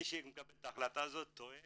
מי שמקבל את ההחלטה הזו טועה